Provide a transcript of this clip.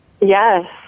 Yes